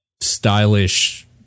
stylish